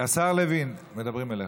השר לוין, מדברים אליך.